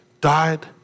died